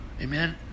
Amen